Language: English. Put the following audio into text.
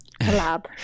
collab